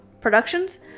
productions